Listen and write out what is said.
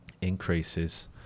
increases